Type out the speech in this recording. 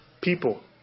people